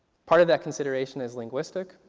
part of that consideration is linguistics.